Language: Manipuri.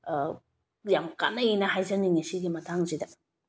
ꯌꯥꯝ ꯀꯥꯟꯅꯩꯌꯦꯅ ꯍꯥꯏꯖꯅꯤꯡꯉꯦ ꯁꯤꯒꯤ ꯃꯇꯥꯡꯁꯤꯗ